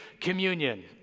communion